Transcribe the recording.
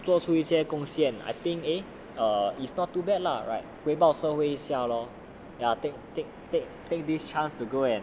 做出一些贡献 I think eh err it's not too bad lah right 回报社会一下 lor ya take take take take this chance to go and